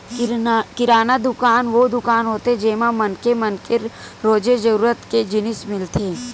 किराना दुकान वो दुकान होथे जेमा मनखे मन के रोजे जरूरत के जिनिस मिलथे